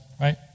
Right